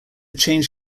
change